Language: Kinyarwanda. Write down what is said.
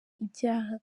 ibyaha